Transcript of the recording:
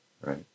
right